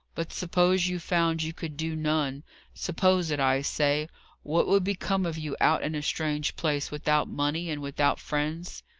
but suppose you found you could do none suppose it, i say what would become of you out in a strange place, without money, and without friends?